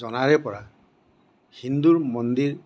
জনাৰে পৰা হিন্দুৰ মন্দিৰ